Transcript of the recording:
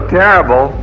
terrible